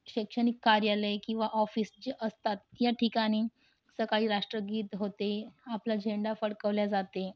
शैक्षणिक कार्यालय किंवा ऑफीस जे असतात ह्या ठिकाणी सकाळी राष्ट्रगीत होते आपला झेंडा फडकवला जाते